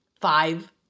five